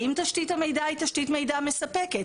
האם תשתית המידע היא היא תשתית מידע מספקת,